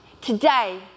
today